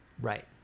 right